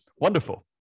wonderful